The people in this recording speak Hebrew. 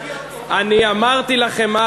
אני אמרתי לכם אז,